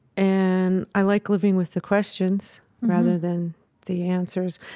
and i like living with the questions, rather than the answers.